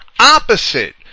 opposite